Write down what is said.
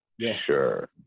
sure